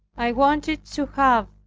i wanted to have,